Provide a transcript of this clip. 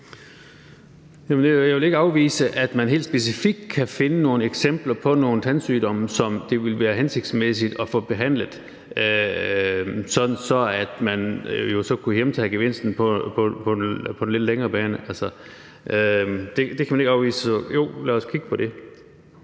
Jeg vil ikke afvise, at man helt specifikt kan finde nogle eksempler på nogle tandsygdomme, som det ville være hensigtsmæssigt at få behandlet, sådan at man kunne hjemtage gevinsten på den lidt længere bane. Det kan man ikke afvise. Så jo, lad os kigge på det.